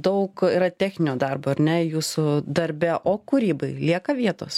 daug yra techninio darbo ar ne jūsų darbe o kūrybai lieka vietos